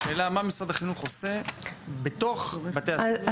השאלה מה משרד החינוך עושה בתוך בתי הספר?